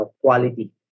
quality